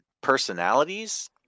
personalities